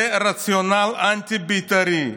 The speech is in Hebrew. זה רציונל אנטי-בית"רי,